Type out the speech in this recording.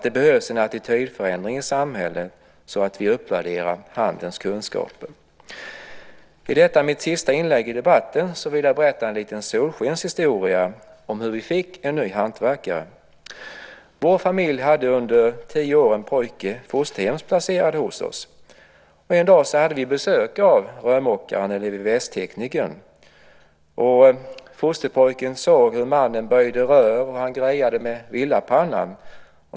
Det behövs en attitydförändring i samhället så att vi uppvärderar handens kunskaper. I detta mitt sista inlägg i debatten vill jag berätta en liten solskenshistoria om hur vi fick en ny hantverkare. Vår familj hade under tio år en pojke fosterhemsplacerad hos oss. En dag hade vi besök av rörmokaren eller VVS-teknikern. Fosterpojken såg hur mannen böjde rör och grejade med villapannan.